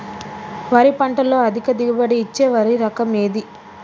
వరి పంట లో అధిక దిగుబడి ఇచ్చే వరి రకం ఏది?